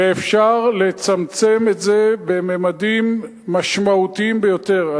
ואפשר לצמצם את זה בממדים משמעותיים ביותר.